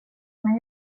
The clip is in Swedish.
men